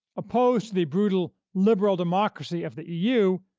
opposed to the brutal liberal democracy of the eu,